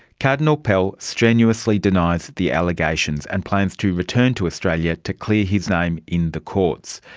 cardinal pell strenuously denies the allegations and plans to return to australia to clear his name in the courts.